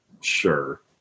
sure